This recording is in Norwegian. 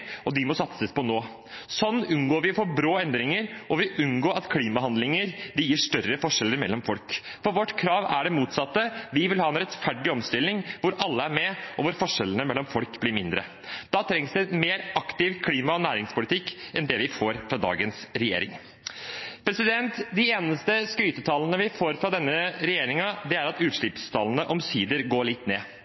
og de må det satses på nå. Sånn unngår vi for brå endringer, og vi unngår at klimahandlinger gir større forskjeller mellom folk. Vårt krav er det motsatte: Vi vil ha en rettferdig omstilling hvor alle er med, og hvor forskjellene mellom folk blir mindre. Da trengs det en mer aktiv klima- og næringspolitikk enn det vi får fra dagens regjering. De eneste skrytetallene vi får fra denne regjeringen, er at utslippstallene omsider går litt ned.